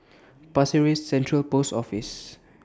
Pasir Ris Central Post Office